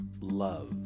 love